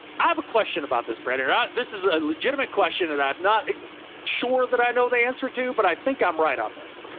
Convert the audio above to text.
yeah i have a question about this bread. and this is a legitimate question that i'm not sure that i know the answer to, but i think i'm right on this.